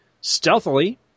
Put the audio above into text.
Stealthily